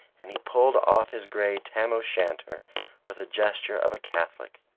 and he pulled off his grey tam-o'-shanter with the gesture of a catholic.